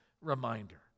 reminder